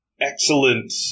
Excellent